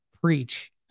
preach